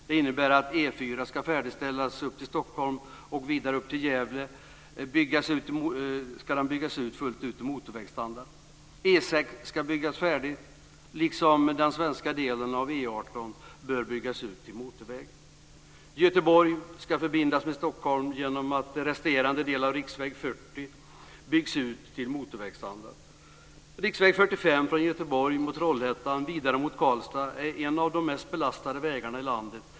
Det innebär att E 4 ska färdigställas upp till Stockholm, och vidare upp till Gävle byggas ut fullt ut till motorvägsstandard. E 6 ska byggas färdigt, och liksom den svenska delen av E 18 bör den byggas ut till motorväg. Göteborg ska förbindas med Stockholm genom att resterande del av riksväg 40 byggs ut till motorvägsstandard. Riksväg 45 från Göteborg mot Trollhättan vidare mot Karlstad är en av de mest belastade vägarna i landet.